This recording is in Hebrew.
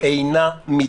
אינה מידתית.